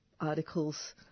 articles